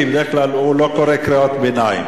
כי בדרך כלל הוא לא קורא קריאות ביניים.